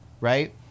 Right